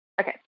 Okay